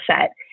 set